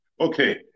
Okay